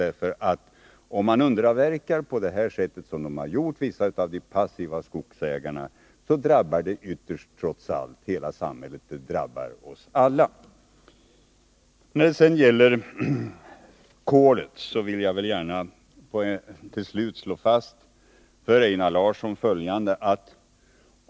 Om vissa av de passiva skogsägarna underavverkar, på det sätt som de har gjort, drabbar det ytterst hela samhället, oss alla. När det sedan gäller kolet vill jag till slut slå fast följande för Einar Larsson.